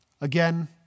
again